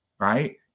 right